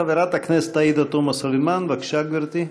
חברת הכנסת עאידה תומא סלימאן, בבקשה, גברתי.